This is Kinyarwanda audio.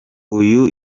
uyu